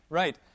right